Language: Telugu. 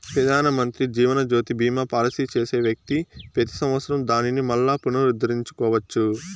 పెదానమంత్రి జీవనజ్యోతి బీమా పాలసీ చేసే వ్యక్తి పెతి సంవత్సరం దానిని మల్లా పునరుద్దరించుకోవచ్చు